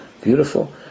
beautiful